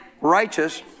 righteous